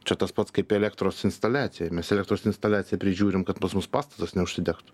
čia tas pats kaip elektros instaliacijomis elektros instaliacija prižiūrim kad pas mus pastatas neužsidegtų